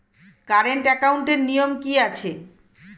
Current একাউন্টের নিয়ম কী আছে?